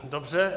Dobře.